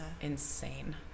insane